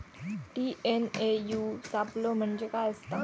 TNAU सापलो म्हणजे काय असतां?